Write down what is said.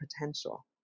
potential